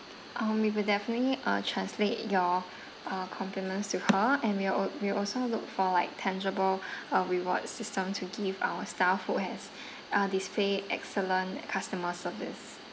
um we will definitely uh translate your uh compliments to her and we are o~ we will also look for like tangible uh reward system to give our staff who has uh display excellent customer service